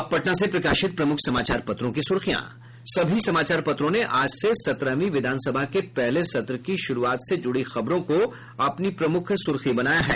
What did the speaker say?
अब पटना से प्रकाशित प्रमुख समाचार पत्रों की सुर्खियां सभी समाचार पत्रों ने आज से सत्रहवीं विधानसभा के पहले सत्र की शुरूआत से जुड़ी खबरों को अपनी प्रमुख सुर्खी बनाया है